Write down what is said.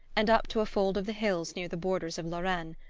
and up to a fold of the hills near the borders of lorraine.